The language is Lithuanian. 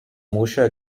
mūšio